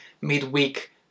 midweek